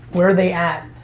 where are they at?